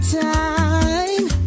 time